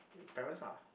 parents lah